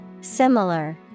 Similar